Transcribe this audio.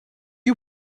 you